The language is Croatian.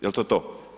Jel to to?